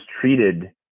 treated